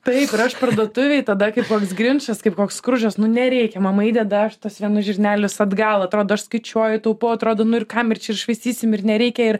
taip ir aš parduotuvėj tada kaip koks grinčas kaip koks skrudžas nu nereikia mama ideda aš tuos vienus žirnelius atgal atrodo aš skaičiuoju taupau atrodo nu ir kam ir čia ir švaistysim ir nereikia ir